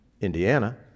Indiana